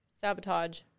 sabotage